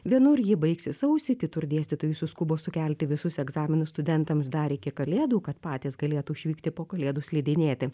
vienur ji baigsis sausį kitur dėstytojai suskubo sukelti visus egzaminus studentams dar iki kalėdų kad patys galėtų išvykti po kalėdų slidinėti